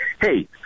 hey